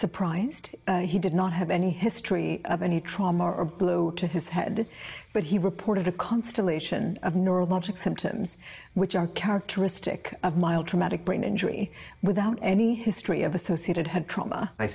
surprised he did not have any history of any trauma or blow to his head but he reported a constellation of neurologic symptoms which are characteristic of mild traumatic brain injury without any history of associated head trauma i